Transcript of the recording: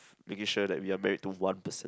making sure that we are married to one person